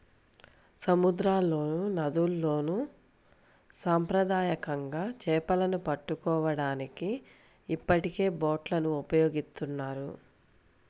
సముద్రాల్లోనూ, నదుల్లోను సాంప్రదాయకంగా చేపలను పట్టుకోవడానికి ఇప్పటికే బోట్లను ఉపయోగిస్తున్నారు